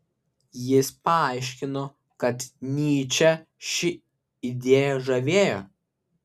jis paaiškino kad nyčę ši idėja žavėjo